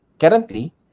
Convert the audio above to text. currently